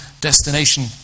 destination